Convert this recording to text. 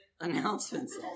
announcements